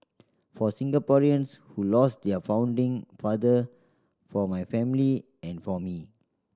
for Singaporeans who lost their founding father for my family and for me